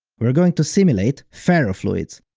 we're going to simulate ferrofluids!